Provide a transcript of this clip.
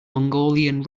mongolian